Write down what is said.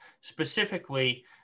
Specifically